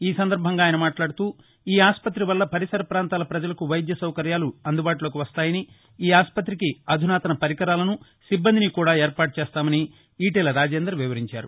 ఈ సందర్భంగా ఆయన మాట్లాడుతూ ఈ ఆస్పతి వల్ల పరిసర ప్రాంతాల ప్రజలకు వైద్య సౌకర్యాలు అందుబాటులోకి వస్తాయని ఈ ఆస్పత్రికి అధునాతన పరికరాలను సిబ్బందిని కూడా ఏర్పాటు చేస్తామని ఈటల రాజేందర్ వివరించారు